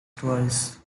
twice